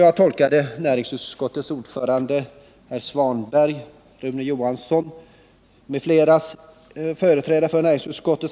Jag tolkar anförandena av såväl utskottets ordförande Ingvar Svanberg, som av Rune Johansson och av andra företrädare för utskottet